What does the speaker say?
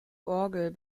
orgel